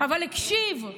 אבל הקשיב,